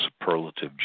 superlative